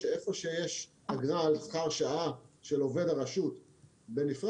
שאיפה שיש אגרה על שכר שעה של עובד הרשות בנפרד,